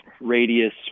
Radius